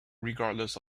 regardless